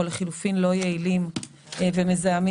או לחלופין לא יעילים ומזהמים,